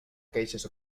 queixes